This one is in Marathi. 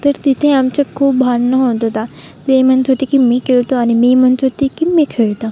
तर तिथे आमचं खूप भांडणं होतं होता ती म्हणत होते की मी खेळतो आणि मी म्हणत होते की मी खेळतो